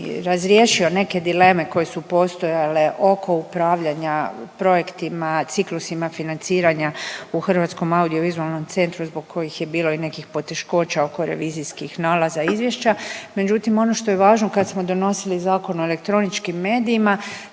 razriješio neke dileme koje su postojale oko upravljanja projektima ciklusima financiranja u Hrvatskom audiovizualnom centru zbog kojih je bilo i nekih poteškoća oko revizijskih nalaza i izvješća, međutim ono što je važno kad smo donosili Zakon o elektroničkim medijima